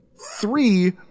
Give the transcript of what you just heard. Three